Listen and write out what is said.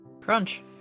Crunch